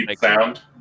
sound